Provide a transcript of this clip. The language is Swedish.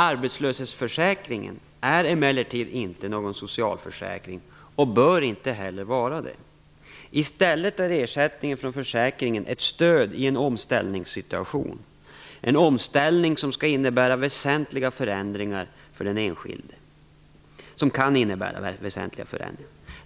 Arbetslöshetsförsäkringen är emellertid inte någon socialförsäkring och bör inte heller vara det. I stället är ersättningen från försäkringen ett stöd i en omställningssituation, en omställning som kan innebära väsentliga förändringar för den enskilde.